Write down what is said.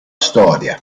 storia